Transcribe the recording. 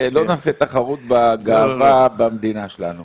ולא נעשה תחרות בגאווה במדינה שלנו